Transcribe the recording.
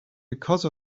because